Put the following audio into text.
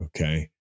Okay